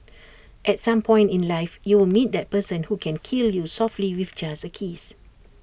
at some point in life you will meet that person who can kill you softly with just A kiss